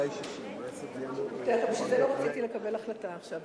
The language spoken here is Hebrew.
בשביל זה לא רציתי לקבל החלטה עכשיו.